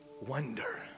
wonder